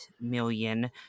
million